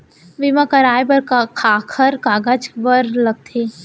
बीमा कराय बर काखर कागज बर लगथे?